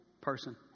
person